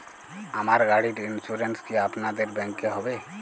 আমার গাড়ির ইন্সুরেন্স কি আপনাদের ব্যাংক এ হবে?